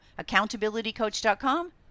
accountabilitycoach.com